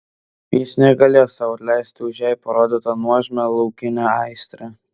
jis negalėjo sau atleisti už jai parodytą nuožmią laukinę aistrą